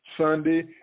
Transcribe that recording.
Sunday